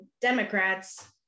democrats